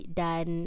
dan